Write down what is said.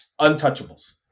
Untouchables